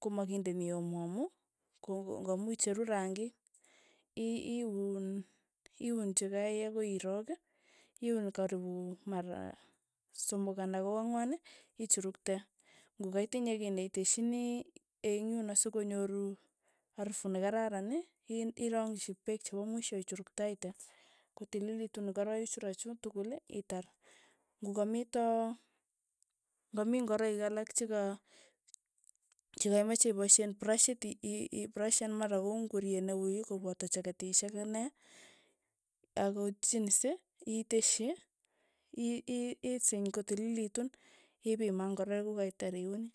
komakindeni omo amu ko, amu icheru rangik, iiuun iuun chekai akoi irok, iun karipu mara somok anan ko ang'wan, ichurukte, ng'okaitinye kei neiteshini eng' yuno sokonyor arufu nekararan in irongchi peek chepa mwisho ichuruktaite, kotililitu ngoroik chu rachu tukul, itar, ng'okamito ngamii ngoroik alak cheka chekaimache ipaishen prashit i- i- i- iprashan mara ko uu ngoriet ne uuy, kopata cheketishek, akine, akot chins iteshi, i- i- isiny kotililitu. ipimaa ngoroik ng'okaitar iuni.